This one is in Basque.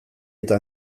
eta